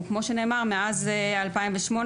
וכמו שנאמר מאז 2018,